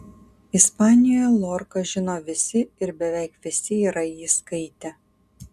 ispanijoje lorką žino visi ir beveik visi yra jį skaitę